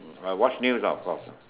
I watch news ah of course